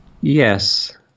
Yes